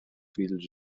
fills